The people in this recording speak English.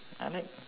I like